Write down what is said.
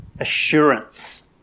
assurance